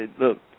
Look